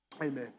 amen